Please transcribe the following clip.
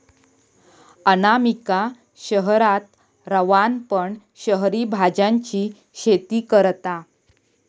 अनामिका शहरात रवान पण शहरी भाज्यांची शेती करता